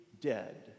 dead